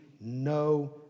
no